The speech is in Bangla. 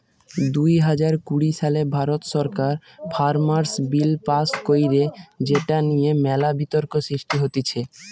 দুই হাজার কুড়ি সালে ভারত সরকার ফার্মার্স বিল পাস্ কইরে যেটা নিয়ে মেলা বিতর্ক সৃষ্টি হতিছে